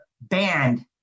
banned